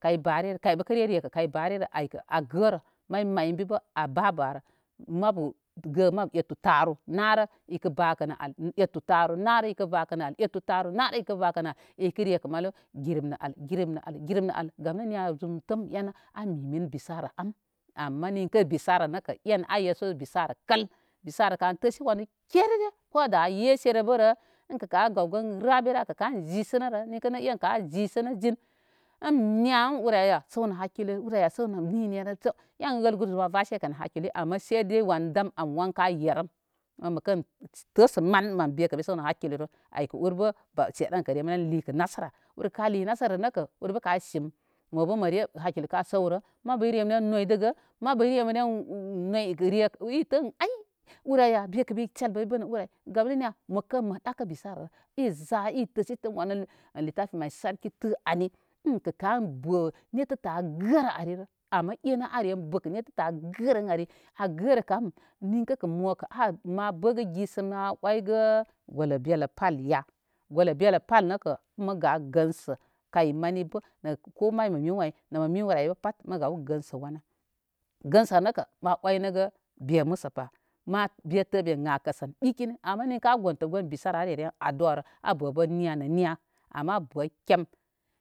Kay barerə kay bə kə re rekə kay barerə a gərə may may in be a bár bá rə, mabu ga mabu ettu, taru, naruk ipə bakə nə alle ettu, taru naru ipə bakə nə al, ettu taru naru ipə bakə nə al, ipə rekə malu girəp nə al, girəp nə al gamnə niya zum təm enə a mimin bisara. Ama mukə bisara nə kə a yesu bisara kəl. Basara kə an təsə wanu kerere koda yese bərə ənkə a gaw gaw rabira ən kə a zisənərə in niya ur ayya saw nə hakkilorə, ur ay saw nə nini nərəsə en wəl guru zum an vase kə nə hakkiki ama sai dai wan wan damam wan ka yerəm mən məkən təsə mən mən bekə mi sawnə hakkilorə aykə ur bə sedən kə reməren likə nasara. Ur ka li nasara nə kə ur ka sim mo bə məre hakkilo ka səurə mabu ire mə ren noydəgə mabu ireməren əə itə ən áy ur áyya me kə sel bəmi bən nə ur ay gam ninniya məkən mə dəkə bisararə iza i təsi tən wanu littafi mai tsarki tə ani ənkə kaanbə netətə a gərə arirə ama e nə are bəkə netətə a gərə ən ari agərə kam ninkə kə mokə ma bə gə gi sə ma oygə golə belə pa alya, belə pa al nəkə ən ma gá gənsə kay mani bə, nə ko may mə mewai nə may mə mewrə aybə pat ma gaw gənsə wanə. Gənsə ar nəkə ma oynə be məsəpa be tə ben ə. kəsən bikini ama ninkə a gontə gon bisara aretəren aduwarə ama bə bən niya nə niya.